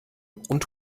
und